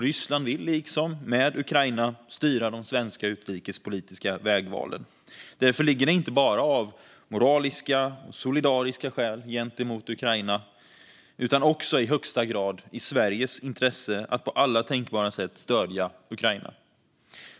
Ryssland vill liksom när det gäller Ukraina styra de svenska säkerhetspolitiska vägvalen. Därför ligger det, inte bara av moraliska och solidariska skäl gentemot Ukraina, också i högsta grad i Sveriges intresse att på alla tänkbara sätt stödja Ukraina.